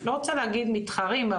לא רוצה להגיד מתחרים,